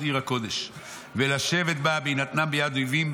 עיר הקודש ולשבת בה בהינתנה ביד אויבים,